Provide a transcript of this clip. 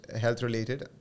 health-related